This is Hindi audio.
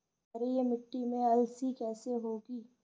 क्षारीय मिट्टी में अलसी कैसे होगी?